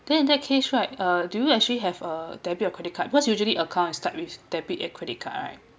then in that case right uh do you actually have a debit or credit card because usually account is start with debit and credit card right